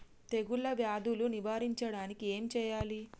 తెగుళ్ళ వ్యాధులు నివారించడానికి ఏం చేయాలి?